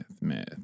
myth